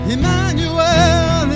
Emmanuel